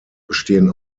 bestehen